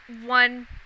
one